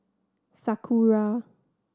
sakura